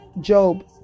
Job